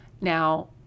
Now